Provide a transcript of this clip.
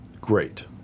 great